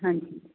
ਹਾਂਜੀ